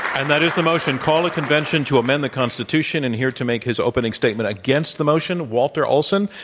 and that is the motion, call a convention to amend the constitution. and here to make his opening statement against the motion, walter olson.